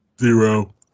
Zero